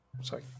Sorry